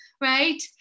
right